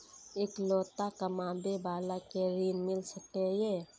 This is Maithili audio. इकलोता कमाबे बाला के ऋण मिल सके ये?